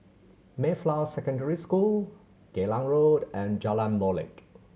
Mayflower Secondary School Geylang Road and Jalan Molek